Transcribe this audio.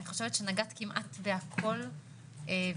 אני חושבת שנגעת כמעט בהכול ובאמת,